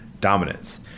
Dominance